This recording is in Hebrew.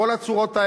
בכל הצורות האלה.